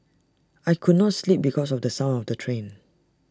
I could not sleep because of the sound of the train